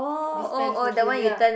dispense machine ya